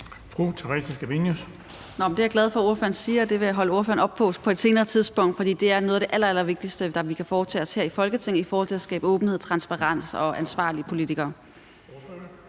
Theresa Scavenius (UFG): Det er jeg glad for at ordføreren siger, og det vil jeg holde ordføreren op på på et senere tidspunkt, for det er noget af det allerallervigtigste, vi kan foretage os her i Folketinget i forhold til at skabe åbenhed, transparens og ansvarlige politikere.